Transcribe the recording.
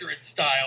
style